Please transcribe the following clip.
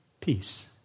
peace